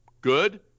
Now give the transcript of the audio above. good